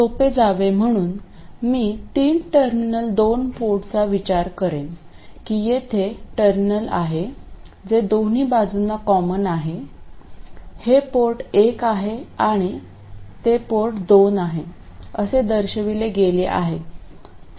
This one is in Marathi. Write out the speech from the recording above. सोपे जावे म्हणून मी तीन टर्मिनल दोन पोर्टचा विचार करेन की येथे टर्मिनल आहे जे दोन्ही बाजूंना कॉमन आहे हे पोर्ट एक आहे आणि ते पोर्ट दोन आहे असे दर्शविले गेले आहे